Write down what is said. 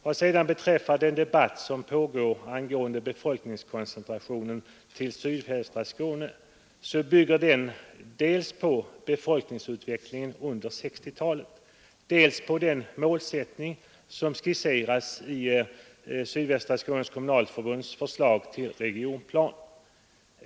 Vad sedan beträffar den debatt som pågår rörande befolkningskoncentrationen till sydvästra Skåne, så bygger den dels på befolkningsut vecklingen under 1960-talet, dels på den målsättning som skisseras i SSK:s förslag till regionplan.